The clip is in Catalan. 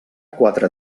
quatre